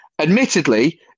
Admittedly